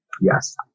yes